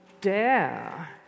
dare